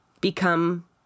become